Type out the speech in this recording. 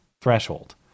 threshold